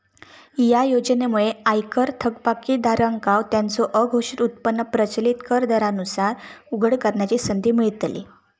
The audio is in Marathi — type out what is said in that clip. या योजनेमुळे आयकर थकबाकीदारांका त्यांचो अघोषित उत्पन्न प्रचलित कर दरांनुसार उघड करण्याची संधी मिळतली